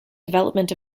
development